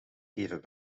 even